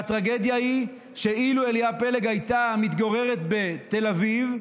הטרגדיה היא שאילו אליה פלג הייתה מתגוררת בתל אביב,